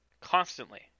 Constantly